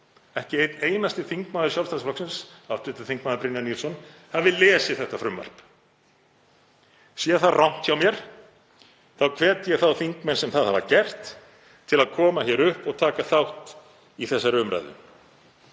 ekki einn einasti þingmaður Sjálfstæðisflokksins, hv. þm. Brynjar Níelsson, hafi lesið þetta frumvarp. Sé það rangt hjá mér þá hvet ég þá þingmenn sem það hafa gert til að koma hér upp og taka þátt í umræðunni